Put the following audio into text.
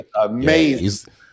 amazing